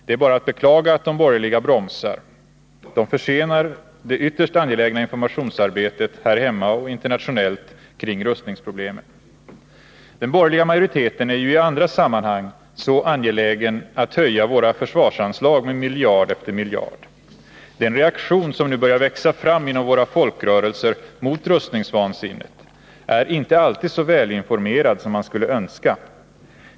Det är bara att beklaga att de borgerliga bromsar. Det försenar det ytterst angelägna informationsarbetet här hemma och internationellt kring rustningsproblemen. Den borgerliga majoriteten är ju i andra sammanhang så angelägen att höja våra försvarsanslag med miljard efter miljard. De som står bakom den reaktion som nu börjar växa fram inom våra folkrörelser mot rustningsvansinnet är inte alltid så välinformerade som man skulle önska.